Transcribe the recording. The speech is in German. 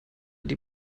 die